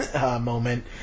moment